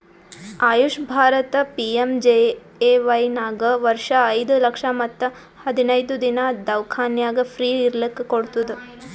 AYUSH Bharat PMJAY ನಾಗ್ ವರ್ಷ ಐಯ್ದ ಲಕ್ಷ ಮತ್ ಹದಿನೈದು ದಿನಾ ದವ್ಖಾನ್ಯಾಗ್ ಫ್ರೀ ಇರ್ಲಕ್ ಕೋಡ್ತುದ್